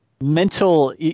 mental